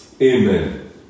Amen